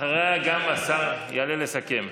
אחריה גם השר יעלה לסכם.